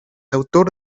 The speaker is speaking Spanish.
autor